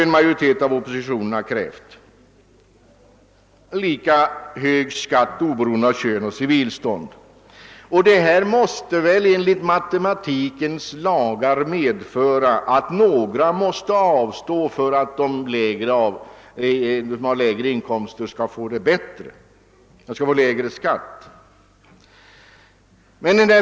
Också detta har varit allmänt känt, och en sådan ändring har även krävts av en majoritet av oppositionen. Allt detta medför väl enligt matematikens lagar att några måste avstå för att de som har mindre inkomster skall få lägre skatt.